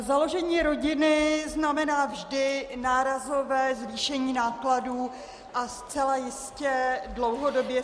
Založení rodiny znamená vždy nárazové zvýšení nákladů a zcela jistě dlouhodobě